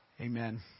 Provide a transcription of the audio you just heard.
Amen